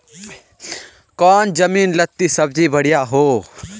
कौन जमीन लत्ती सब्जी बढ़िया हों?